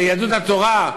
ליהדות התורה,